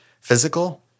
physical